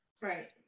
Right